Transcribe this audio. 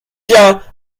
jahr